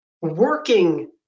working